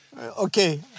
Okay